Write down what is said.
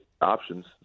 options